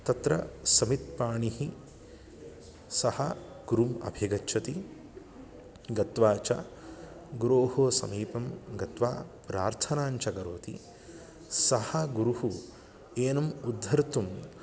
तत्र समित्पाणिः सः गुरुम् अभिगच्छति गत्वा च गुरोः समीपं गत्वा प्रार्थनाञ्च करोति सः गुरुः एनम् उद्धर्तुं